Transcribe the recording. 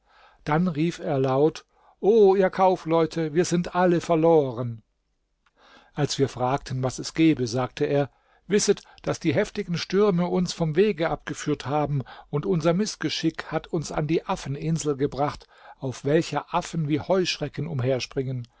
dann rief er laut o ihr kaufleute wir sind alle verloren als wir fragten was es gebe sagte er wisset daß die heftigen stürme uns vom wege abgeführt haben und unser mißgeschick hat uns an die affeninsel gebracht auf welcher affen wie heuschrecken umherspringen